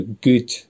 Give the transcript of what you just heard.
good